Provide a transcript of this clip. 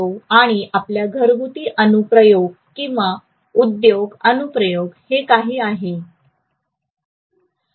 आणि आपल्या घरगुती अनुप्रयोग किंवा उद्योग अनुप्रयोग हे काही आहे